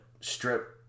Strip